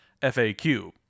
FAQ